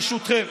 ברשותכם.